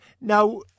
now